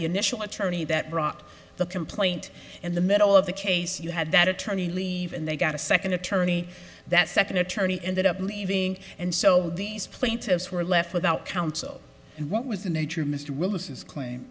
the initial attorney that brought the complaint and the middle of the case you had that attorney leave and they got a second attorney that second attorney ended up leaving and so these plaintiffs were left without counsel and what was the nature of mr